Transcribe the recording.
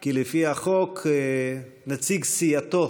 כי לפי החוק נציג סיעתו